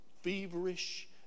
feverish